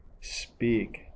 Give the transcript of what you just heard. speak